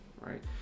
Right